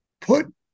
Put